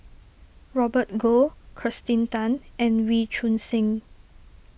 Robert Goh Kirsten Tan and Wee Choon Seng